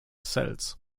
cells